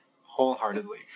wholeheartedly